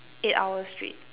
eight hours straight